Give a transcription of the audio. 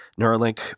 Neuralink